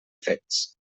fets